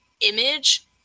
image